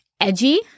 edgy